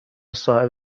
صاحب